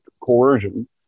coercion